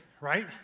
right